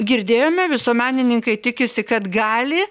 girdėjome visuomenininkai tikisi kad gali